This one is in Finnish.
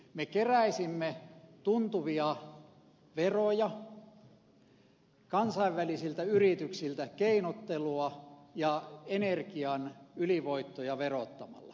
me keräisimme tuntuvia veroja kansainvälisiltä yrityksiltä keinottelua ja energian ylivoittoja verottamalla